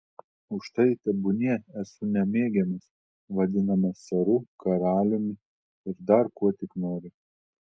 už tai tebūnie esu nemėgiamas vadinamas caru karaliumi ir dar kuo tik nori